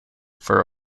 for